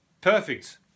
perfect